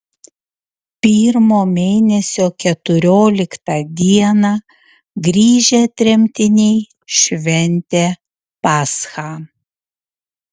pirmo mėnesio keturioliktą dieną grįžę tremtiniai šventė paschą